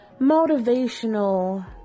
motivational